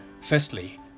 Firstly